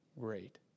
great